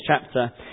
chapter